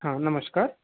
हाँ नमस्कार